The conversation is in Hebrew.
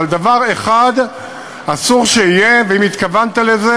אבל דבר אחד אסור שיהיה, ואם התכוונת לזה,